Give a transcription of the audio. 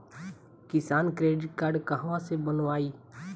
किसान credit card कहवा से बनवाई?